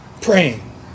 praying